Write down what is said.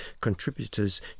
contributors